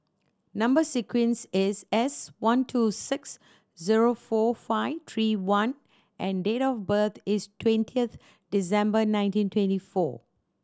number sequence is S one two six zero four five three I and date of birth is twentieth December nineteen twenty four